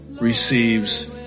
receives